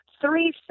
three